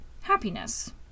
happiness